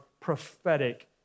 prophetic